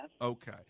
Okay